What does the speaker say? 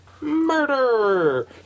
Murder